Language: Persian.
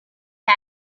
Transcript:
کرد